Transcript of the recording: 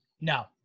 no